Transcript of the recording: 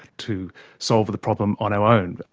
to solve the problem on our own.